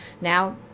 now